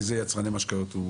איזה יצרני משקאות?